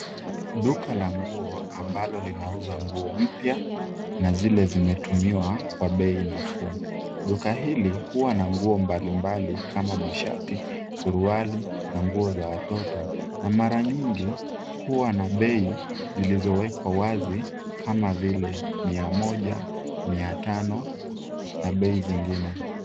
Duka la nguo ambalo linauza nguo mpya na zile zimetumiwa kwa bei nafuu. Duka hili huwa na nguo mbalimbali kama mashati, suruali na nguo za watoto na mara nyingi huwa na bei zilizo wekwa wazi kama vile mia moja, mia tano na bei zingine.